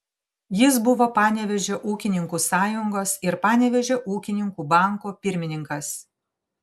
jis buvo panevėžio ūkininkų sąjungos ir panevėžio ūkininkų banko pirmininkas